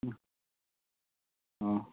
ꯎꯝ ꯑꯥ